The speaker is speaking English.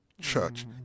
church